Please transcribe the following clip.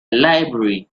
library